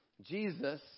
Jesus